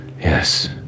Yes